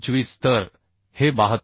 25 तर हे 72